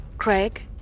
Craig